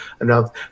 enough